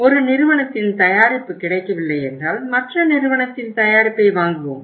ஒரு நிறுவனத்தின் தயாரிப்பு கிடைக்கவில்லை என்றால் மற்ற நிறுவனத்தின் தயாரிப்பை வாங்குவோம்